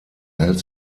hält